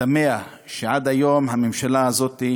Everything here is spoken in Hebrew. תמה על כך שעד היום הממשלה הזאת,